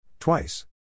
Twice